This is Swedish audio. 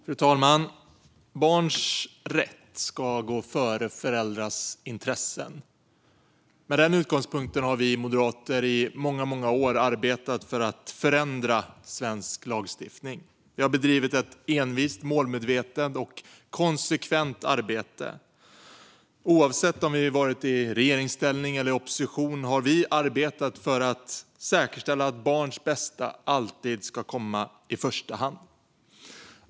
Fru talman! Barns rätt ska gå före föräldrars intressen. Med den utgångspunkten har vi moderater i många år arbetat för att förändra svensk lagstiftning. Vi har bedrivit ett envist, målmedvetet och konsekvent arbete. Oavsett om vi har varit i regeringsställning eller opposition har vi arbetat för att säkerställa att barns bästa alltid ska komma i första hand.